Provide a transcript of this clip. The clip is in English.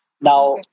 Now